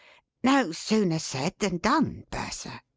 no sooner said than done, bertha.